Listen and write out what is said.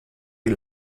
die